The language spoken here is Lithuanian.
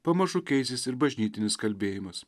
pamažu keisis ir bažnytinis kalbėjimas